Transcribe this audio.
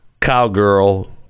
cowgirl